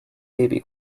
baby